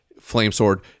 Flamesword